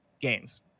games